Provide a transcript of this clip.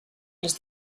les